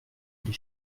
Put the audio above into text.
des